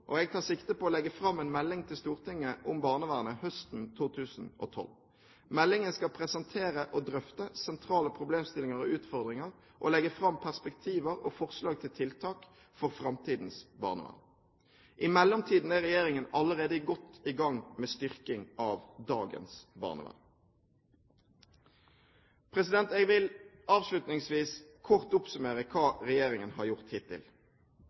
Jeg tar sikte på å legge fram en melding til Stortinget om barnevernet høsten 2012. Meldingen skal presentere og drøfte sentrale problemstillinger og utfordringer og legge fram perspektiver og forslag til tiltak for framtidens barnevern. I mellomtiden er regjeringen allerede godt i gang med en styrking av dagens barnevern. Jeg vil avslutningsvis kort oppsummere hva regjeringen har gjort hittil: